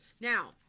now